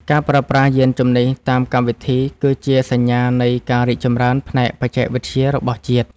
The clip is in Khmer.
ការប្រើប្រាស់យានជំនិះតាមកម្មវិធី គឺជាសញ្ញានៃការរីកចម្រើនផ្នែកបច្ចេកវិទ្យារបស់ជាតិ។